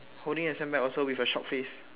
holding a sand bag also with a shocked face